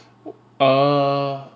err